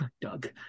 doug